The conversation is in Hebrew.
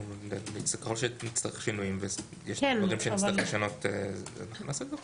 ככל שנצטרך שינויים ויש דברים שנצטרך לשנות אנחנו נעשה את זה עכשיו.